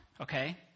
Okay